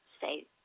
say